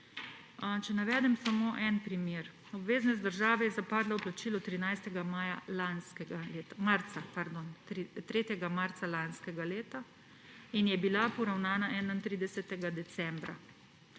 Če navedem samo en primer. Obveznost države je zapadla v plačilo 3. marca lanskega leta in je bila poravnana 31. decembra.